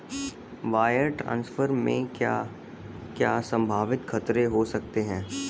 Wire transfer में क्या क्या संभावित खतरे हो सकते हैं?